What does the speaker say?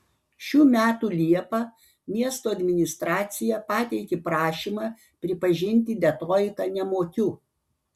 šių metų liepą miesto administracija pateikė prašymą pripažinti detroitą nemokiu